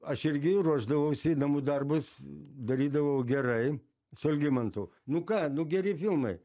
aš irgi ruošdavausi namų darbus darydavau gerai su algimantu nu ką nu geri filmai